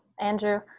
Andrew